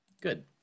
Good